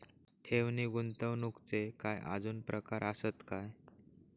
ठेव नी गुंतवणूकचे काय आजुन प्रकार आसत काय?